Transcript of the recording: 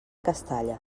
castalla